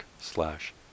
slash